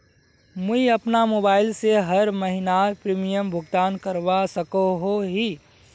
मुई अपना मोबाईल से हर महीनार प्रीमियम भुगतान करवा सकोहो ही?